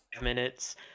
minutes